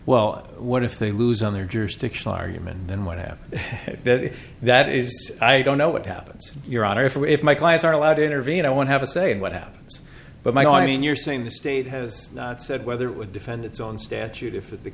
well what if they lose on their jurisdictional argument then what happens if that is i don't know what happens your honor for if my clients are allowed to intervene i won't have a say in what happens but my own you're saying the state has not said whether it would defend its own statute if the